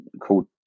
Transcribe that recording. called